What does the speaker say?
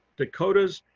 dakotas,